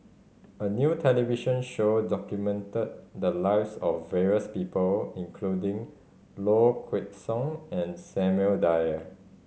a new television show documented the lives of various people including Low Kway Song and Samuel Dyer